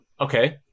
Okay